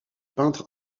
peintre